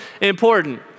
important